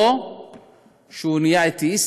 או שהוא נהיה אתיאיסט,